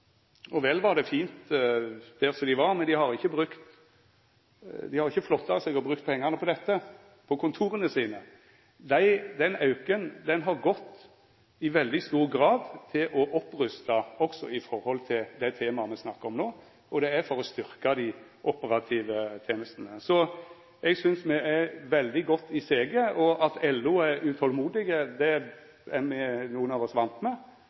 Og vel var det fint der vi var, men dei hadde ikkje flotta seg og brukt pengane på kontora sine. Nei, den auken har i veldig stor grad gått til å opprusta det som gjeld dei tema me snakkar om no, og til å styrkja dei operative tenestene. Så eg synest me er veldig godt i siget. At LO er utolmodig, er nokre av oss vane med.